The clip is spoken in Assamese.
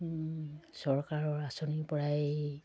চৰকাৰৰ আঁচনিৰ পৰাই